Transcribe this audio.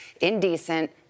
indecent